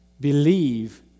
Believe